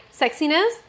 Sexiness